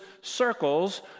circles